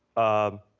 um.